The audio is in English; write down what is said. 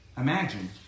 Imagine